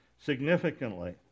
significantly